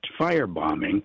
firebombing